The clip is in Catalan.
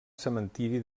cementiri